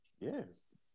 yes